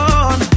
on